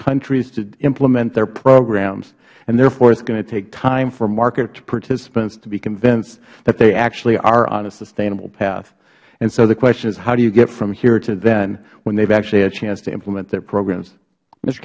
countries to implement their programs and therefore it is going to take time for market participants to be convinced that they actually are on a sustainable path and so the question is how do you get from here to then when they have actually had a chance to implement their programs